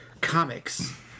comics